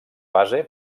base